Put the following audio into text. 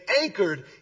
anchored